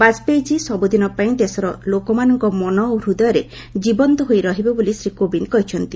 ବାଜପେୟୀ ଜୀ ସବୁଦିନ ପାଇଁ ଦେଶର ଲୋକମାନଙ୍କ ମନ ଓ ହୁଦୟରେ ଜୀବନ୍ତ ହୋଇ ରହିବେ ବୋଲି ଶ୍ରୀ କୋବିନ୍ଦ କହିଛନ୍ତି